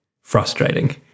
frustrating